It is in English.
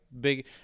big